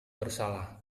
bersalah